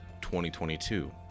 2022